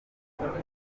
turifuza